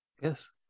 Yes